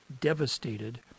devastated